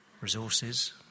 Resources